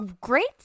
great